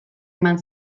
eman